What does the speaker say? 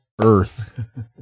earth